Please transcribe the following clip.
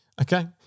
Okay